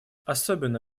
особенно